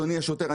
אדוני השוטר,